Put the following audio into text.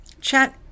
chat